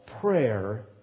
prayer